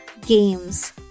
games